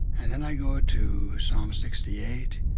and then i go to psalms sixty eight,